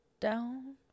Down